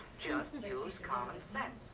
just and use common sense.